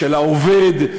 של העובד,